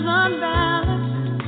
unbalanced